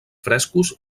frescos